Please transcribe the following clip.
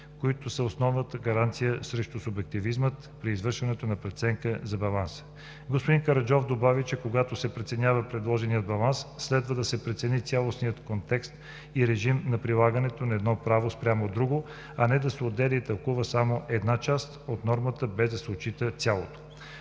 които са основната гаранция срещу субективизъм при извършването на преценката за баланса. Господин Караджов добави, че когато се преценява предложеният баланс, следва да се прецени цялостният контекст и режим на прилагане на едното право спрямо другото, а не да се отделя и тълкува само една част от нормата, без да се отчита цялото.